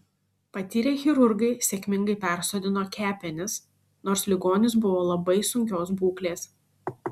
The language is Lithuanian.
patyrę chirurgai sėkmingai persodino kepenis nors ligonis buvo labai sunkios būklės